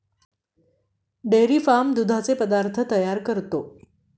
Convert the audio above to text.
dairy farm दुधाचे पदार्थ तयार करतो